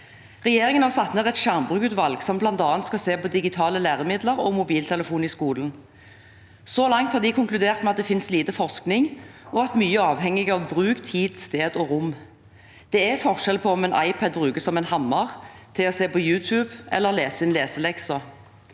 Regjeringen har satt ned et skjermbrukutvalg som bl.a. skal se på digitale læremidler og mobiltelefon i skolen. Så langt har de konkludert med at det finnes lite forskning, og at mye er avhengig av bruk, tid, sted og rom. Det er forskjell på om en iPad brukes som en hammer, til å se på YouTube eller til å lese inn leseleksen.